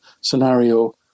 scenario